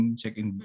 check-in